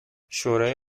شورای